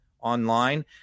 online